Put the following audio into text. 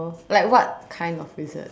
like what kind of visit